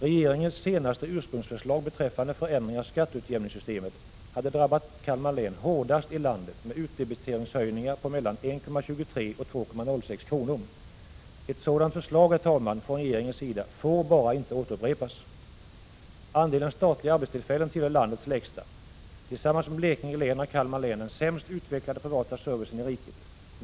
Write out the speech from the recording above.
Regeringens senaste förslag beträffande förändring av skatteutjämningssystemet hade i sin ursprungliga utformning drabbat Kalmar län hårdast i landet, med utdebiteringshöjningar på mellan 1:23 och 2:06 kr. Ett sådant förslag från regeringens sida får bara icke upprepas. Andelen statliga arbetstillfällen tillhör landets lägsta. Tillsammans med Blekinge län har Kalmar län den sämst utvecklade privata servicen i riket.